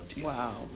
Wow